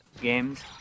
games